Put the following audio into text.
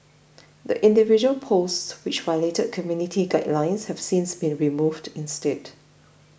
the individual posts which violated community guidelines have since been removed instead